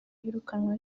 iyirukanwa